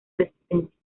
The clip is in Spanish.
resistencia